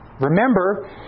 Remember